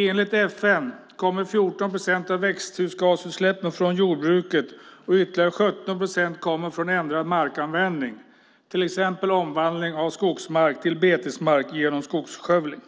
Enligt FN kommer 14 procent av växthusgasutsläppen från jordbruket, och ytterligare 17 procent kommer från ändrad markanvändning, till exempel omvandling av skogsmark till betesmark genom skogsskövling.